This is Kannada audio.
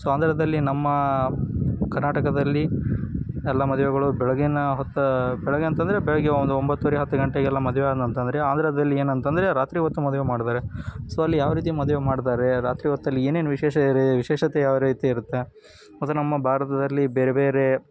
ಸೊ ಆಂಧ್ರದಲ್ಲಿ ನಮ್ಮ ಕರ್ನಾಟಕದಲ್ಲಿ ಎಲ್ಲ ಮದುವೆಗಳು ಬೆಳಗ್ಗಿನ ಹೊತ್ತು ಬೆಳಗ್ಗೆ ಅಂತ ಅಂದ್ರೆ ಬೆಳಗ್ಗೆ ಒಂದು ಒಂಬತ್ತುವರೆ ಹತ್ತು ಗಂಟೆಗೆಲ್ಲ ಮದುವೆ ಆದರೆ ಅಂತ ಅಂದ್ರೆ ಆಂಧ್ರದಲ್ಲಿ ಏನಂತ ಅಂದ್ರೆ ರಾತ್ರಿ ಹೊತ್ತು ಮದುವೆ ಮಾಡ್ತಾರೆ ಸೊ ಅಲ್ಲಿ ಯಾವ ರೀತಿ ಮದುವೆ ಮಾಡ್ತಾರೆ ರಾತ್ರಿ ಹೊತ್ತಲ್ಲಿ ಏನೇನು ವಿಶೇಷ ಇದೆ ವಿಶೇಷತೆ ಯಾವ ರೀತಿ ಇರುತ್ತೆ ಅಂದರೆ ನಮ್ಮ ಭಾರತದಲ್ಲಿ ಬೇರೆ ಬೇರೆ